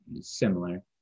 similar